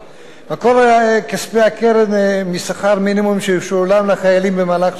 מקור כספי הקרן משכר מינימום שישולם לחיילים במהלך שירותם,